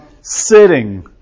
sitting